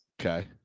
okay